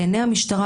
בעיני המשטרה,